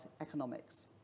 economics